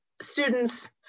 students